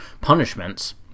punishments